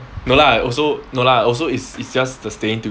no lah also no lah also it's it's just the staying